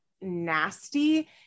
nasty